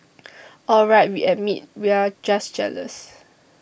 all right we admit we're just jealous